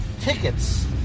tickets